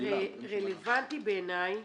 רלבנטי בעיניי